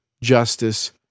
justice